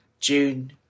June